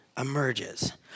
emerges